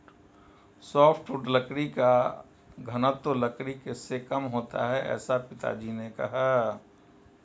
softwood लकड़ी का घनत्व लकड़ी से कम होता है ऐसा पिताजी ने कहा